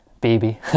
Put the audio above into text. baby